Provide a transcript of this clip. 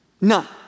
None